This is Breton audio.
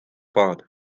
pad